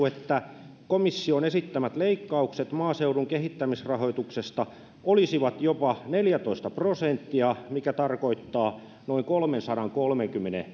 että komission esittämät leikkaukset maaseudun kehittämisrahoituksesta olisivat jopa neljätoista prosenttia mikä tarkoittaa noin kolmensadankolmenkymmenen